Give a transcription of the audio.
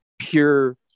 pure